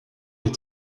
est